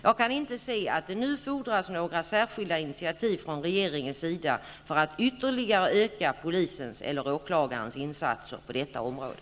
Jag kan inte se att det nu fordras några särskilda initiativ från regeringens sida för att ytterligare öka polisens eller åklagarnas insatser på detta område.